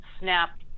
snap